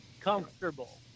comfortable